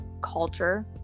culture